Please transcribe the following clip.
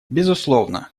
безусловно